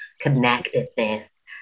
connectedness